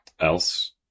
else